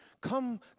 Come